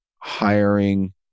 hiring